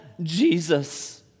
Jesus